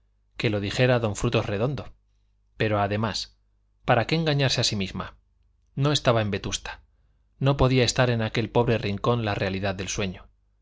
que lo dijera don frutos redondo pero además para qué engañarse a sí misma no estaba en vetusta no podía estar en aquel pobre rincón la realidad del sueño